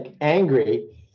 angry